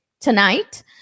tonight